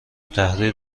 التحریر